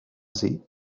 sie